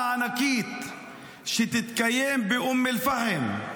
אתה מנהיג פחדן.